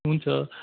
हुन्छ